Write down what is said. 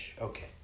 okay